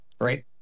right